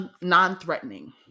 non-threatening